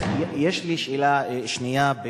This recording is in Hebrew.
יש לי שאלה שנייה,